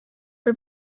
for